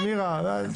מירה.